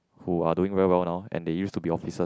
who are doing well known and they use to be officers